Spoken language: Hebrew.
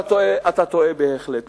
אתה טועה בהחלט.